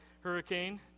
hurricane